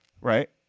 right